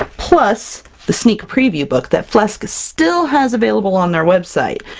ah plus the sneak preview book that flesk still has available on their website!